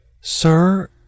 sir